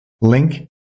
link